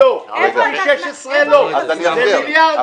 בירושלים לא, בכביש 16 לא, במיליארדים.